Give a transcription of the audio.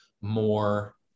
more